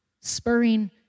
Spurring